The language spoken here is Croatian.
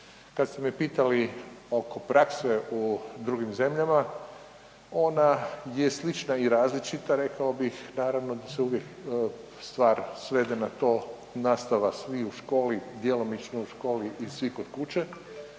Kad ste me pitali oko prakse u drugim zemljama, ona je slična i različita rekao bih, naravno da se uvijek stvar svede na to, nastava svih u školi, djelomično u školi i svi kod kuće,